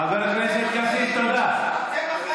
חבר הכנסת כסיף, תודה.